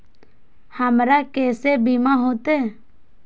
हमरा केसे बीमा होते?